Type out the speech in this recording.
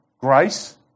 grace